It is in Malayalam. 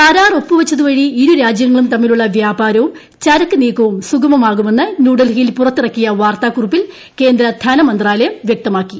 കരാർ ഒപ്പൂവച്ചതുവഴി ഇരു രാജ്യങ്ങളും തമ്മിലുള്ള വ്യാപാരവും ച്രക്ക് നീക്കവും സുഗമമാകുമെന്ന് ന്യൂഡൽഹിയിൽ പുറത്ത്ചിര്ക്കിയ വാർത്താക്കുറിപ്പിൽ കേന്ദ്ര ധനമന്ത്രാലയം വ്യക്തമാക്കി